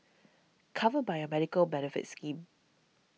covered by a medical benefits scheme